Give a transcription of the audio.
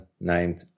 named